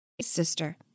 sister